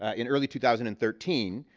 ah in early two thousand and thirteen,